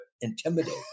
intimidate